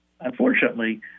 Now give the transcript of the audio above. unfortunately